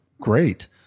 great